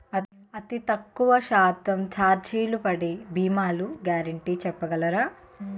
అతి తక్కువ శాతం ఛార్జీలు పడే భీమాలు గ్యారంటీ చెప్పగలరా?